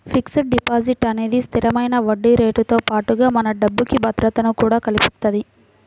fixed deposit అనేది స్థిరమైన వడ్డీరేటుతో పాటుగా మన డబ్బుకి భద్రతను కూడా కల్పిత్తది